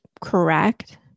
correct